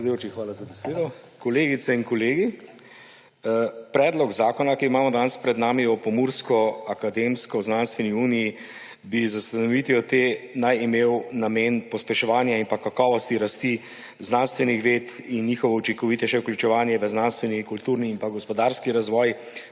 hvala za besedo. Kolegice in kolegi! Predlog zakona, ki ga imamo danes pred nami, o Pomursko akademsko-znanstveni uniji naj bi z ustanovitvijo te imel namen pospeševanja in pa kakovost rasti znanstvenih ved in njihovo učinkovitejše vključevanje v znanstveni, kulturni in pa gospodarski razvoj